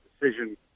decision